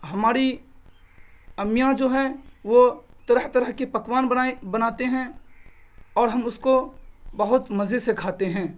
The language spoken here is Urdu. ہماری امیاں جو ہیں وہ طرح طرح کی پکوان بنائیں بناتے ہیں اور ہم اس کو بہت مزے سے کھاتے ہیں